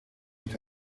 niet